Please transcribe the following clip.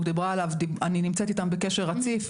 דיברה עליו אני נמצאת איתם בקשר רציף.